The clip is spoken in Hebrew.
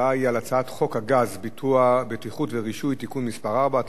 ההצבעה היא על הצעת חוק הגז (בטיחות ורישוי) (תיקון מס' 4),